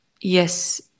Yes